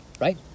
right